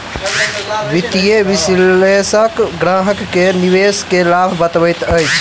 वित्तीय विशेलषक ग्राहक के निवेश के लाभ बतबैत अछि